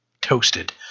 Toasted